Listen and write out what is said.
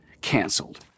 canceled